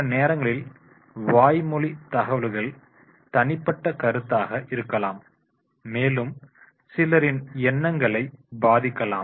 சில நேரங்களில் வாய்மொழி தகவல்கள் தனிப்பட்ட கருத்தாக இருக்கலாம் மேலும் சிலரின் எண்ணங்களை பாதிக்கலாம்